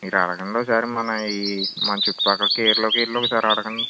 మీరు అడగండి ఒకసారి మన ఈ మన చుట్టుపక్కల కేర్లోకి వెళ్ళి ఒకసారి అడగండి